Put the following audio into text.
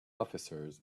officers